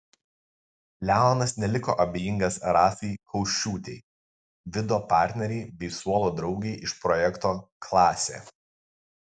leonas neliko abejingas rasai kaušiūtei vido partnerei bei suolo draugei iš projekto klasė